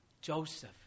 Joseph